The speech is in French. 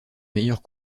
meilleur